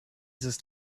this